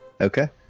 Okay